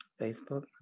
Facebook